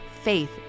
faith